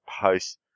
post